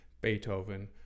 Beethoven